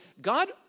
God